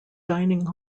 dining